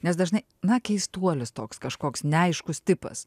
nes dažnai na keistuolis toks kažkoks neaiškus tipas